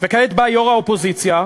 וכעת בא יושב-ראש האופוזיציה,